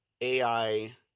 ai